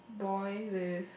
boy with